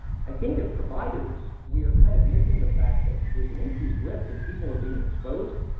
i think, as providers, we are kind of missing the fact that there's an increased risk, and people are being exposed.